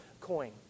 coin